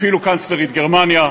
אפילו קנצלרית גרמניה,